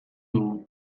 dugu